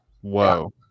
Whoa